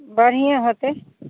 बढ़िएँ होएतै